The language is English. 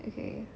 okay